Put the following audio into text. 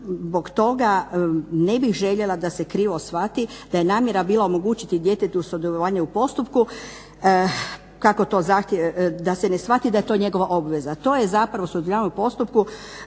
zbog toga ne bih željela da se krivo shvati da je namjera bila omogućiti djetetu sudjelovanje u postupku, da se ne shvati da je to njegova obveza. To je zapravo sudjelovanje u postupku